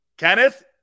Kenneth